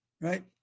right